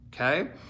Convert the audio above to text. Okay